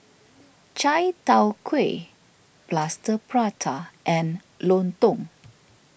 Chai Tow Kuay Plaster Prata and Lontong